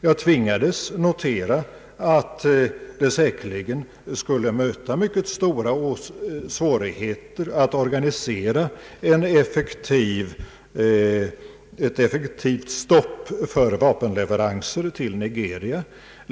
Jag tvingades notera att det säkerligen skulle möta mycket stora svårigheter att organisera ett effektivt stopp för vapenleveranser till Nigeria.